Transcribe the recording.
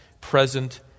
present